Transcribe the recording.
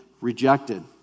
rejected